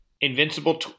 Invincible